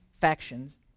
factions